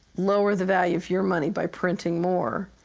lower the value of your money by printing more.